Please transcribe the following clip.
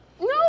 No